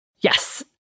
Yes